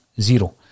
Zero